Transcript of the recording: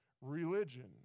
religion